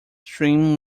stream